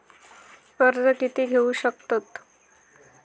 कर्ज कीती घेऊ शकतत?